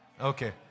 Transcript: Okay